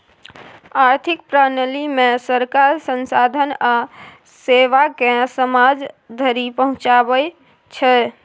आर्थिक प्रणालीमे सरकार संसाधन आ सेवाकेँ समाज धरि पहुंचाबै छै